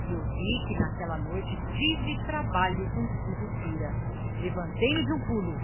e eu vi que n aquella noite tive trabalho com currupira levantei-me de um pulo